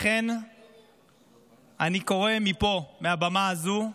לכן אני קורא מפה, מהבמה הזו,